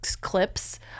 clips